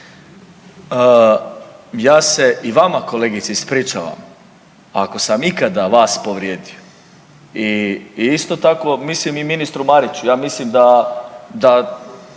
Ja se i vama kolegice ispričavam ako sam ikada vas povrijedio. I isto tako mislim i ministru Mariću, ja mislim da,